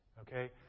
okay